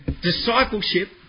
discipleship